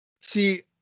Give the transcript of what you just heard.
See